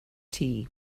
tea